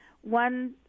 one